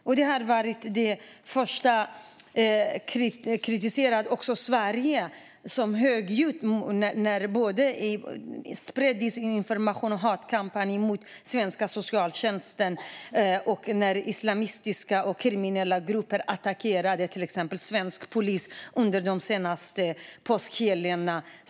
De här var också de första att kritisera Sverige och driva högljudda desinformations och hatkampanjer, både mot svensk socialtjänst och mot polisen, när islamistiska och kriminella grupper gick till attack under påskhelgen.